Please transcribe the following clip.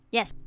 Yes